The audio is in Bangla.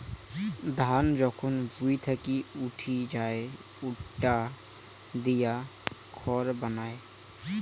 ধান যখন ভুঁই থাকি উঠি যাই ইটা দিয়ে খড় বানায়